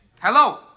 Hello